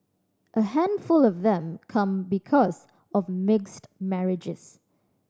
a handful of them come because of mixed marriages